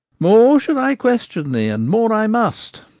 more should i question thee, and more i must,